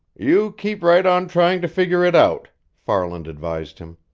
you keep right on trying to figure it out, farland advised him.